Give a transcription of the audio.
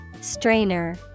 Strainer